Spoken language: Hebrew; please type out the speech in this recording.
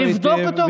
תבדוק אותו קודם.